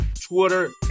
Twitter